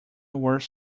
were